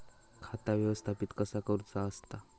खाता व्यवस्थापित कसा करुचा असता?